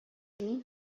мин